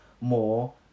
more